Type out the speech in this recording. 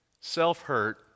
self-hurt